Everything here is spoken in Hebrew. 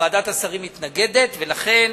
ועדת השרים מתנגדת ולכן